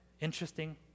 interesting